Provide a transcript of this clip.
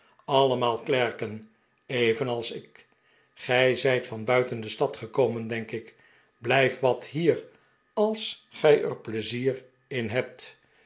alleiiiaal klerken even als ik gij zijt van buiten de stad gekomen denk ik blijf wat hier als gij er pleizier in hebt